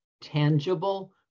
tangible